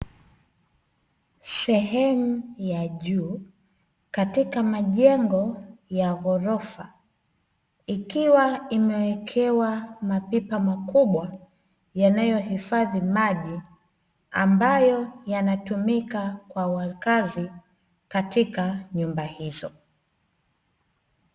Sehemu ya juu katika majengo ya ghorofa, ikiwa imewekewa mapipa makubwa yanayohifadhi maji ambayo yanatumika kwa wakazi katika nyumba hizo.